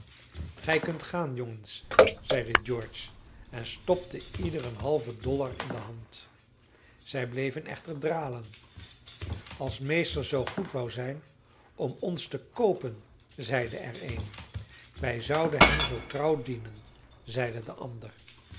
gij kunt gaan jongens zeide george en stopte ieder een halven dollar in de hand zij bleven echter dralen als meester zoo goed wou zijn om ons te koopen zeide er een wij zouden hem zoo trouw dienen zeide de ander